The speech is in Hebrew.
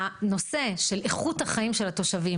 הנושא של איכות החיים של התושבים,